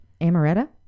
amaretta